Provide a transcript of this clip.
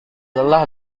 lelah